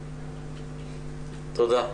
תודה.